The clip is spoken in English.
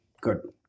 good